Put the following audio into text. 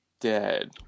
dead